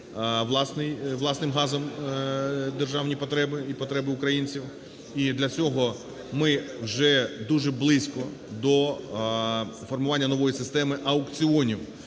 власним газом державні потреби і потреби українців. І для цього ми вже дуже близько до формування нової системи аукціонів